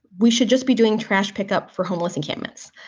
we should just be doing trash pickup for homeless encampments,